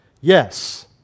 Yes